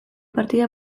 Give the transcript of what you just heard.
partida